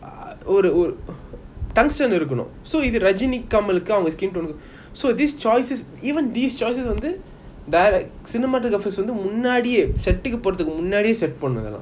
ah ஒரு ஒரு:oru oru tungsten இருக்கனும்:irukanum so if the ரஜினி கமலுக்கு அவங்க:rajini kamaluku avanga skin tone so these choices even these choices வந்து:vanthu direct cinematographers வந்து முன்னாடியே போறதுக்கு முன்னாடியே:vanthu munadiyae porathuku munadiyae set பண்ணனும் இத்தலம்:pannanum ithalam